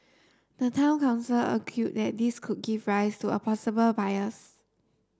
the town council argue that this could give rise to a possible bias